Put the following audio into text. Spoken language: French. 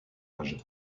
âge